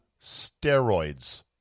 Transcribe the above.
steroids